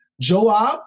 Joab